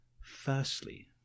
Firstly